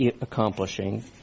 accomplishing